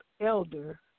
Elder